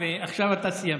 ועכשיו אתה סיימת.